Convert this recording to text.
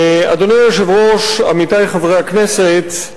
אדוני היושב-ראש, עמיתי חברי הכנסת,